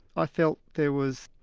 i felt there was,